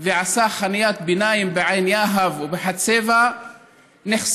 ועשה חניית ביניים בעין יהב או בחצבה נחשף